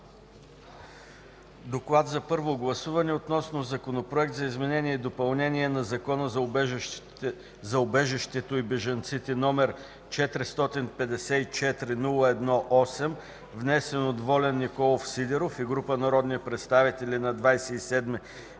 приеме на първо гласуване Законопроект за изменение и допълнение на Закона за убежището и бежанците, № 454-01-8, внесен от Волен Николов Сидеров и група народни представители на 27